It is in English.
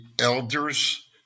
elders